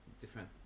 different